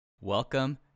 welcome